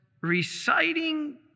reciting